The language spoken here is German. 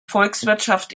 volkswirtschaft